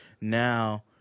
now